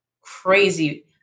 crazy